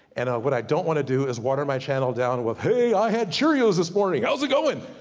and what i don't want to do is water my channel down with, hey i had cheerios this morning, how's it going?